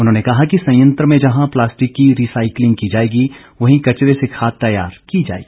उन्होंने कहा कि संयंत्र में जहां प्लास्टिक की री साईकलिंग की जाएगी वहीं कचरे से खाद तैयार की जाएगी